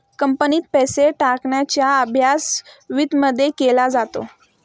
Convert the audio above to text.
कंपनीत पैसे टाकण्याचा अभ्यास वित्तमध्ये केला जातो